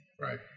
Right